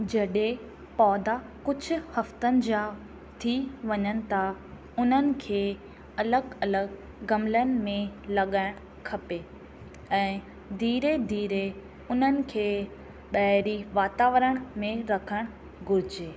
जॾहिं पौधा कुझु हफ़्तनि जा थी वञनि था उन्हनि खे अलॻि अलॻि गमलनि में लॻाइणु खपे ऐं धीरे धीरे उन्हनि खे ॿाहिरीं वातावरण में रखणु घुरिजे